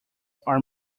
are